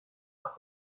par